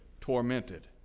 tormented